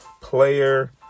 player